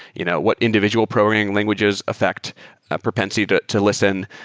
you know what individual programming languages affect a propensity to to listen?